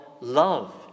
love